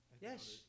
Yes